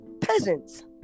peasants